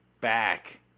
back